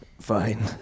Fine